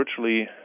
virtually